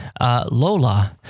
Lola